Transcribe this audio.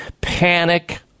panic